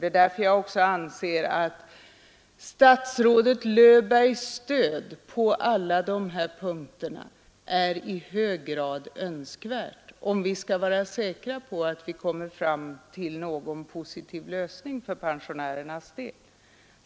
Det är därför jag också anser att statsrådet Löfbergs stöd på alla dessa punkter är i hög grad önskvärt, om vi skall vara säkra på att nå en positiv lösning för pensionärernas del.